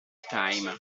time